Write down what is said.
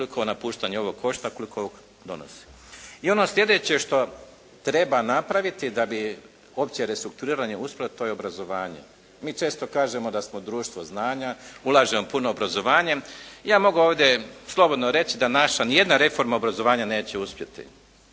ovo napuštanje ovo košta, koliko donosi? I ono sljedeće što treba napraviti da bi opće restrukturiranje uspjelo, to je obrazovanje. Mi često kažemo da smo društvo znanja, ulažemo puno u obrazovanje i ja mogu ovdje slobodno reći, da naša ni jedna reforma obrazovanja neće uspjeti,